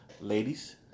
Ladies